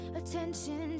attention